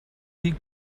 dir